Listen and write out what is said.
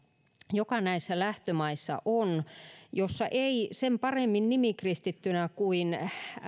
joka näissä lähtömaissa on ja jossa ei sen paremmin nimikristittynä kuin